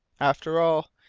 after all,